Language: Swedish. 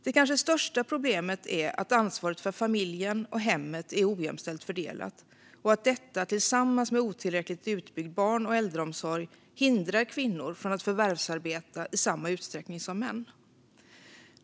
Det kanske största problemet är att ansvaret för familjen och hemmet är ojämställt fördelat och att detta tillsammans med otillräckligt utbyggd barn och äldreomsorg hindrar kvinnor från att förvärvsarbeta i samma utsträckning som män.